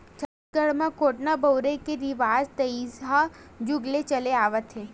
छत्तीसगढ़ म कोटना बउरे के रिवाज तइहा जुग ले चले आवत हे